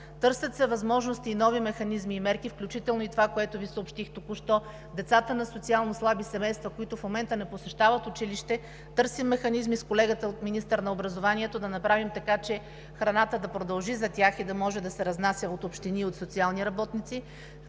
Търсят се възможности за нови механизми и мерки, включително и за това, което Ви съобщих току-що – за децата от социално слаби семейства, които в момента не посещават училище, търсим механизми с колегата министър на образованието да направим така, че храната за тях и да продължи да се разнася от общини и социални работници,